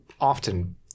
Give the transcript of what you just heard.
often